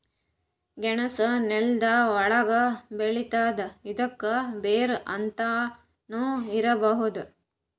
ಗೆಣಸ್ ನೆಲ್ದ ಒಳ್ಗ್ ಬೆಳಿತದ್ ಇದ್ಕ ಬೇರ್ ಅಂತಾನೂ ಕರಿಬಹುದ್